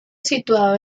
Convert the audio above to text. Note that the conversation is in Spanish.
situado